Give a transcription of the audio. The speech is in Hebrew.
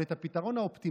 אבל את הפתרון האופטימלי